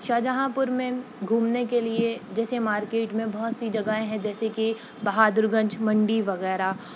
شاہجہاں پور میں گھومنے کے لیے جیسے مارکیٹ میں بہت سی جگہیں ہیں جیسے کہ بہادرگنج منڈی وغیرہ